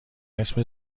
اسم